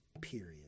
period